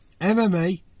MMA